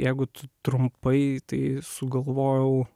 jeigu trumpai tai sugalvojau